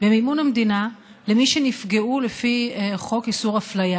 במימון המדינה למי שנפגעו לפי חוק איסור אפליה.